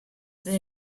they